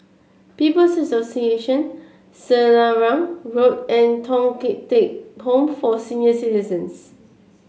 People's Association Selarang Road and Thong Teck Home for Senior Citizens